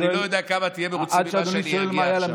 אני לא יודע כמה תהיה מרוצה ממה שאני אגיד עכשיו,